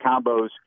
combos